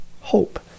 hope